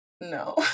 no